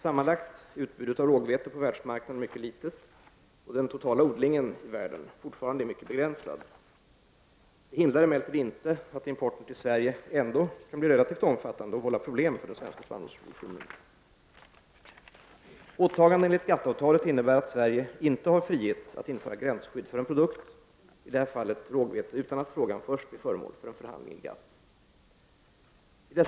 Sammanlagt är utbudet av rågvete på världsmarknaden mycket litet då den totala odlingen i världen fortfarande är mycket begränsad. Det hindrar emellertid inte att importen till Sverige ändå kan bli relativt omfattande och vålla problem för den svenska spannmålsproduktionen. Åtagandena enligt GATT-avtalet innebär att Sverige inte har frihet att införa gränsskydd för en produkt, i det här fallet rågvete, utan att frågan först blir föremål för en förhandling i GATT.